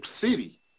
city